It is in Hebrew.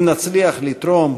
אם נצליח לתרום,